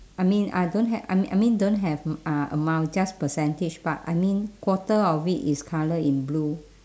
I mean I don't have I mean I mean don't have m~ uh amount just percentage part I mean quarter of it is colour in blue